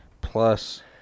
Plus